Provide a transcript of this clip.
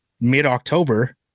mid-October